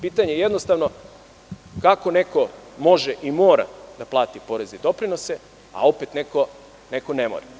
Pitanje je jednostavno – kako neko može i mora da plati poreze i doprinose, a opet neko ne mora.